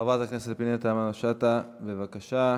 חברת הכנסת פנינה תמנו-שטה, בבקשה.